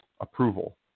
approval